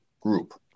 group